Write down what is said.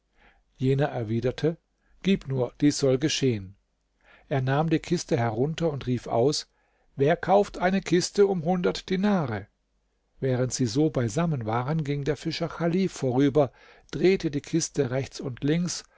jener erwiderte gib nur dies soll geschehen er nahm die kiste herunter und rief aus wer kauft eine kiste um hundert dinare während sie so beisammen waren ging der fischer chalif vorüber drehte die kiste rechts und links